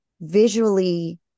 visually